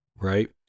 right